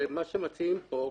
מה שמציעים פה,